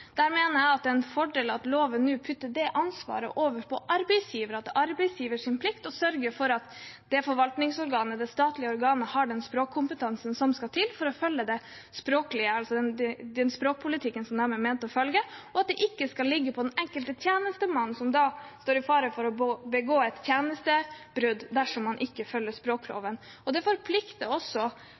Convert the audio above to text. Der mener jeg det er en fordel at loven nå flytter det ansvaret over på arbeidsgiver, og at det er arbeidsgivers plikt å sørge for at forvaltningsorganet, det statlige organet, har den språkkompetansen som skal til for å følge den språkpolitikken de er ment å følge, og at det ikke skal ligge på den enkelte tjenestemann, som da står i fare for å begå et tjenestebrudd dersom han ikke følger språkloven. Det forplikter også